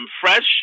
fresh